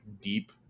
deep